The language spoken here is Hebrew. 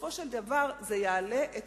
בסופו של דבר זה יעלה את